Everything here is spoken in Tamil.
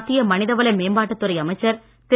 மத்திய மனிதவள மேம்பாட்டுத் துறை அமைச்சர் திரு